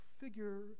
figure